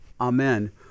Amen